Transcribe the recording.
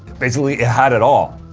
basically it had at all,